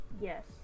Yes